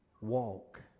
walk